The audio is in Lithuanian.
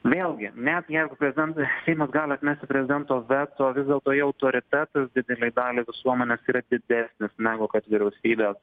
vėlgi net jeigu prezidentui seimas gali atmesti prezidento veto vis dėlto jo autoritetas didelei daliai visuomenės yra didesnis negu kad vyriausybės